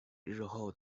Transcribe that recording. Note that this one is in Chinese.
日后